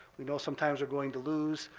we know sometimes we're going to lose,